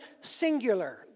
singular